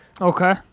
Okay